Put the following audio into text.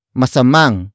masamang